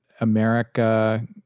America